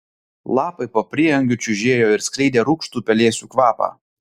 lapai po prieangiu čiužėjo ir skleidė rūgštų pelėsių kvapą